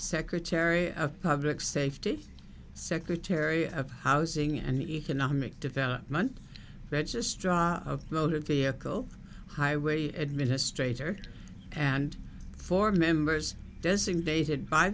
secretary of public safety secretary of housing and economic development registry of motor vehicle highway administrator and for members this invaded by